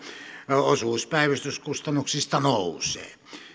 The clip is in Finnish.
osuus päivystyskustannuksista nousee